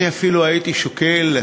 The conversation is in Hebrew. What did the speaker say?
אני אפילו הייתי שוקל,